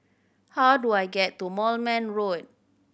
how do I get to Moulmein Road